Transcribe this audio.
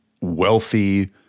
wealthy